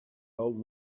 old